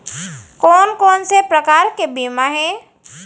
कोन कोन से प्रकार के बीमा हे?